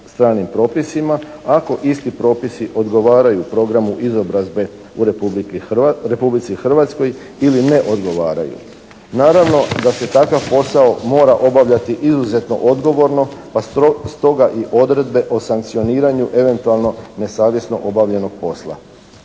stranim propisima, ako isti propisi odgovaraju programu izobrazbe u Republici Hrvatskoj ili ne odgovaraju. Naravno da se takav posao mora obavljati izuzetno odgovorno pa stoga i odredbe o sankcioniranju eventualno nesavjesno obavljenog posla.